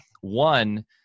One